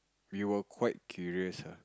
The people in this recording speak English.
we were quite curious ah